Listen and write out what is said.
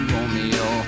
Romeo